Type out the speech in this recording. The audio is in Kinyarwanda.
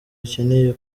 akeneye